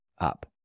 up